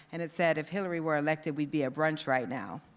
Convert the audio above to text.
and it said, if hillary were elected, we'd be at brunch right now.